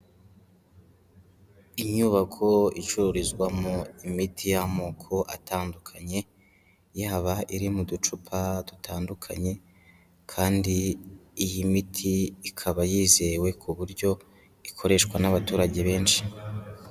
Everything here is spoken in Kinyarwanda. Inyubako icururizwamo imiti y'amoko atandukanye, yaba iri mu ducupa dutandukanye kandi iyi miti ikaba yizewe ku buryo ikoreshwa n'abaturage benshi.